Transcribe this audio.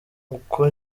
uko